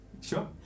sure